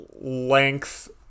length